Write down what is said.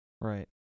Right